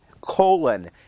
colon